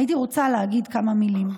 הייתי רוצה להגיד כמה מילים.